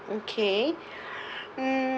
okay mm